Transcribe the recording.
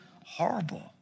horrible